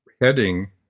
heading